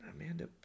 Amanda